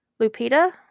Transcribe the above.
Lupita